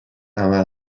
عمل